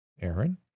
aaron